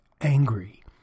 angry